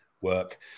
work